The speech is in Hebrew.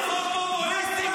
חוק גירוש משפחות.